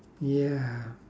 ya